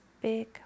big